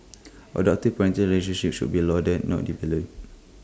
adoptive parenting relationships should be lauded not devalued